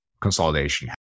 consolidation